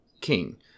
king